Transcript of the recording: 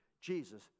Jesus